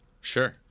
Sure